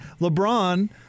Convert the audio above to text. LeBron